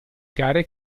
gare